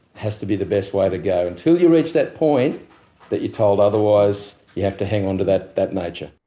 has to be the best way to go. until you reach that point that you're told otherwise you have to hang on to that that nature.